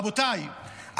רבותיי,